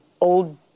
old